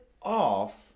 off